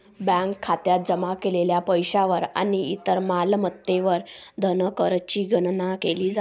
bank खात्यात जमा केलेल्या पैशावर आणि इतर मालमत्तांवर धनकरची गणना केली जाते